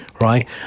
right